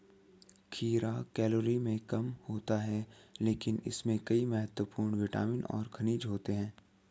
खीरा कैलोरी में कम होता है लेकिन इसमें कई महत्वपूर्ण विटामिन और खनिज होते हैं